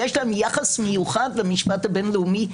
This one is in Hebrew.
יש להם יחס מיוחד למשפט הבין-לאומי.